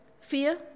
fear